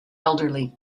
elderly